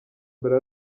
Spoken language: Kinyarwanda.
mbere